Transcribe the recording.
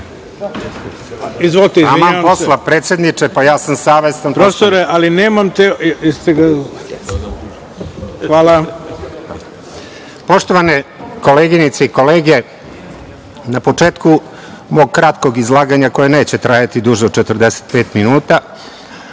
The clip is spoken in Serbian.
Poštovane koleginice i kolege, na početku mog kratkog izlaganja, koje neće trajati duže od 45 minuta,